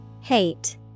Hate